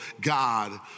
God